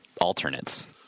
alternates